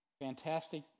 fantastic